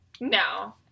No